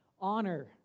honor